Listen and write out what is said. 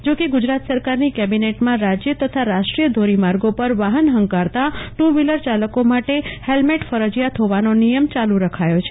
જો કે ગુજરાત સરકારની કેબિનેટમાં રાજ્ય તથા રાષ્ટ્રીય ધોરી માર્ગે પર વાહન હંકારતા ટુ વ્હીલરચાલકો માટે હેલ્મેટ ફરજિયાત હોવાનો નિયમ ચાલુ રાખ્યો છે